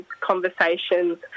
conversations